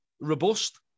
robust